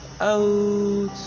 out